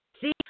See